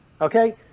Okay